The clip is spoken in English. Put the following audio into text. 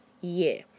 Year